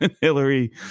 hillary